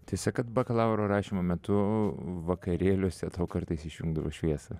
tiesa kad bakalauro rašymo metu vakarėliuose kartais išjungdavo šviesą